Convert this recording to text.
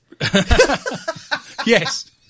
Yes